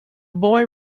boy